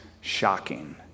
shocking